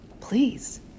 please